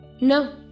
No